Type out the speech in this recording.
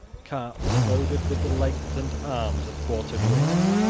carts, loaded with the legs and arms of quartered whigs,